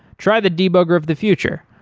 try the debugger of the future,